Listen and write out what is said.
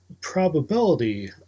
probability